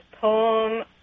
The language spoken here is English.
poem